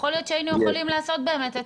יכול להיות שהיינו יכולים לעשות באמת את